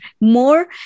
more